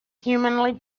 humanly